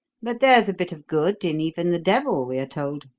but there's a bit of good in even the devil, we are told.